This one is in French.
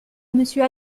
monsieur